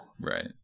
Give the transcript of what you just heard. right